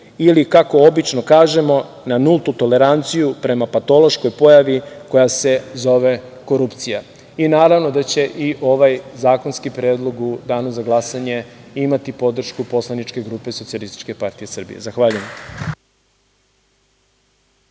ili kako obično kažemo na nultu toleranciju prema patološkoj pojavi koja se zove korupcija. Naravno da će i ovaj zakonski predlog u danu za glasanje imati podršku Poslaničke grupe SPS. Zahvaljujem.